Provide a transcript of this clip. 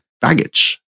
baggage